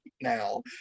now